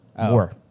War